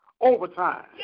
overtime